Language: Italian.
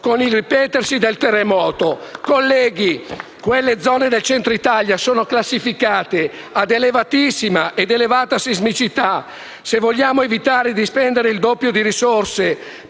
dal Gruppo LN-Aut)*. Colleghi, quelle zone del centro Italia sono classificate ad elevatissima ed elevata sismicità. Se vogliamo evitare di spendere il doppio di risorse